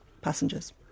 passengers